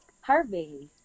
Harvey